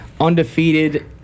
undefeated